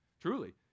Truly